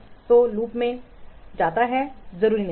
तो लूप में कूदता है जो जरूरी नहीं है